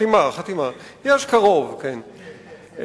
חתימה של 40 חברי כנסת,